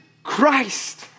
Christ